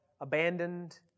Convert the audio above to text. abandoned